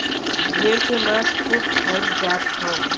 भेड़ के मांस खूब खाईल जात हव